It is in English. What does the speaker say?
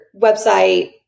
website